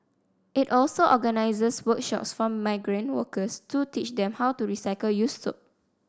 it also organises workshops for migrant workers to teach them how to recycle used soap